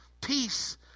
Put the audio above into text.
peace